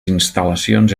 instal·lacions